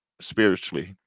spiritually